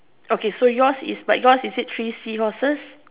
okay so yours is it got three seahorses